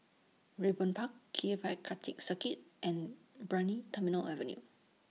Raeburn Park K F I Karting Circuit and Brani Terminal Avenue